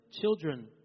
Children